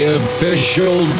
official